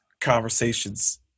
conversations